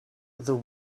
the